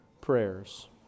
prayers